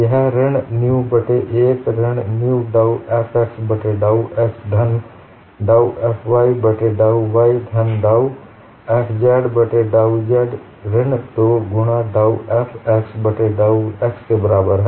यह ऋण न्यु बट्टे 1 ऋण न्यु डाउ F x बट्टे डाउ x धन डाउ F y बट्टे डाउ y धन डाउ F z बट्टे डाउ z ऋण 2 गुणा डाउF x बट्टे डाउ x के बराबर है